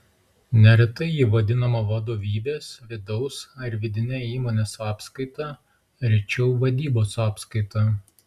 neretai ji vadinama vadovybės vidaus ar vidine įmonės apskaita rečiau vadybos apskaita